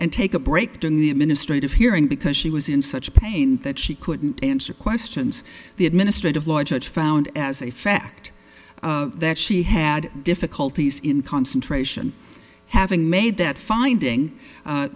and take a break during the administrative hearing because she was in such pain that she couldn't answer questions the administrative law judge found as a fact that she had difficulties in concentration having made that finding